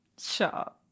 Sure